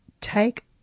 take